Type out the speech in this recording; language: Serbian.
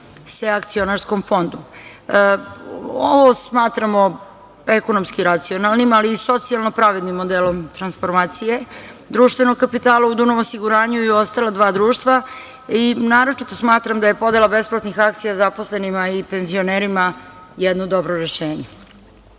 se akcionarskom fondu. Ovo smatramo ekonomski racionalnim, ali i socijalno pravednim modelom transformacije društvenog kapitala u „Dunav osiguranju“ i u ostala dva društva. Naročito smatram da je podela besplatnih akcija zaposlenima i penzionerima jedno dobro